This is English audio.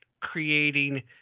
creating